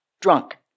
drunk